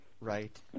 right